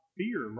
fear